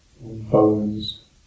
bones